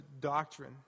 doctrine